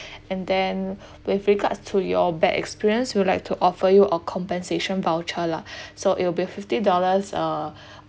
and then with regards to your bad experience we'd like to offer you a compensation voucher lah so it will be fifty dollars uh